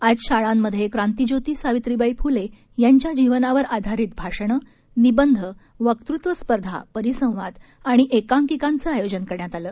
आज शाळांमध्ये क्रांतिज्योती सावित्रीबाई फुले यांच्या जीवनावर आधारित भाषणे निबंध वकृत्व स्पर्धा परिसंवाद आणि एकांकिकांचं आयोजन करण्यात आलं